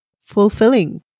fulfilling